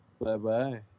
Bye-bye